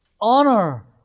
honor